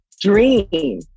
dream